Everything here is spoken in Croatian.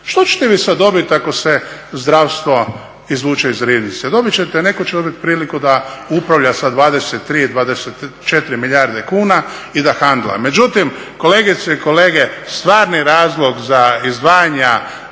Što ćete vi sada dobiti ako se zdravstvo izvuče iz riznice? Dobit ćete, netko će dobiti priliku da upravlja sa 23, 24 milijarde kuna i da …, međutim kolegice i kolege, stvarni razlog za izdvajanja